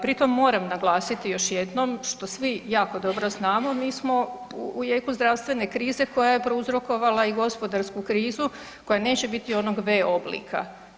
Pritom moram naglasiti još jednom što svi jako dobro znamo, mi smo u jeku zdravstvene krize koja je prouzrokovala i gospodarsku krizu, koja neće biti onog V oblika.